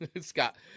Scott